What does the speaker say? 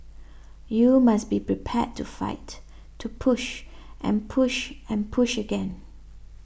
you must be prepared to fight to push and push and push again